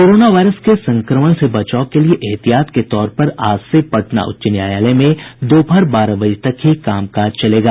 corona virus के संक्रमण से बचाव के लिए ऐहतियात के तौर पर आज से पटना उच्च न्यायालय में दोपहर बारह बजे तक ही काम काज चलेगा